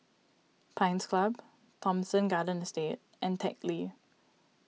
Pines Club Thomson Garden Estate and Teck Lee